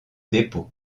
dépôts